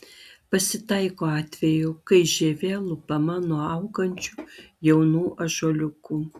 pasitaiko atvejų kai žievė lupama nuo augančių jaunų ąžuoliukų